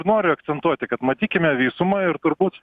ir noriu akcentuoti kad matykime visumą ir turbūt